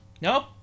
Nope